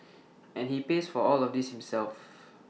and he pays for all of this himself